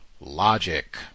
logic